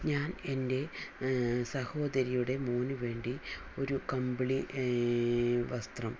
ഞാൻ എൻ്റെ സഹോദരിയുടെ മോന് വെണ്ടി ഒരു കമ്പിളി വസ്ത്രം അതായത്